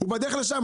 הוא בדרך לשם.